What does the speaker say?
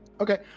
Okay